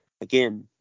again